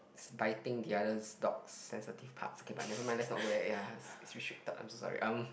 is biting the other's dog's sensitive parts okay but never mind let's not go there ya it's restricted I'm so sorry um